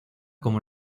como